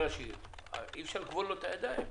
אי אפשר לכבול לו את הידיים.